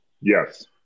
Yes